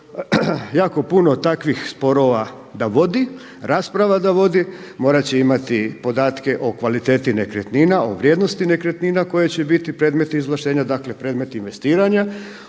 jako puno takvih sporova da vodi, rasprava da vodi, morat će imati podatke o kvaliteti nekretnina o vrijednosti nekretnina koje će biti predmet izvlaštenja, dakle predmet investiranja